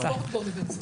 שוט סימון.